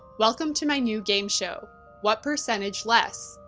welcome to my new game show what percentage less?